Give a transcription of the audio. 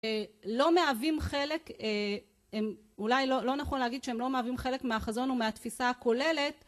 לא מהווים חלק, אולי לא נכון להגיד שהם לא מהווים חלק מהחזון ומהתפיסה הכוללת